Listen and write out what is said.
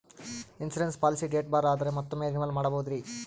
Insurance policy date ಬಾರ್ ಆದರೆ ಮತ್ತೊಮ್ಮೆ ರಿನಿವಲ್ ಮಾಡಬಹುದ್ರಿ?